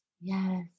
Yes